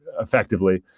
effectively,